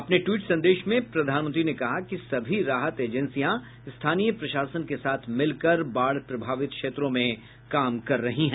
अपने ट्वीट संदेश में प्रधानमंत्री ने कहा कि सभी राहत एजेंसियां स्थानीय प्रशासन के साथ मिलकर बाढ़ प्रभावित क्षेत्रों में काम कर रही हैं